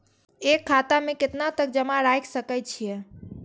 एक खाता में केतना तक जमा राईख सके छिए?